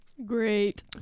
Great